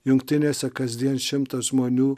jungtinėse kasdien šimtas žmonių